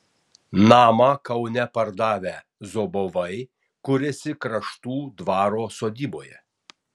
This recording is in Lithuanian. namą kaune pardavę zobovai kuriasi kraštų dvaro sodyboje